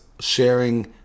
sharing